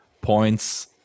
points